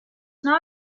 not